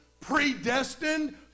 predestined